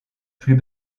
plus